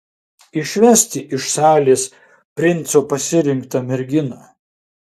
išvesti iš salės princo pasirinktą merginą